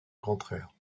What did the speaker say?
contraire